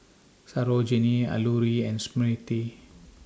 Sarojini Alluri and Smriti